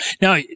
Now –